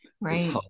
Right